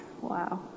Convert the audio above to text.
Wow